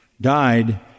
died